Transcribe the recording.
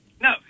No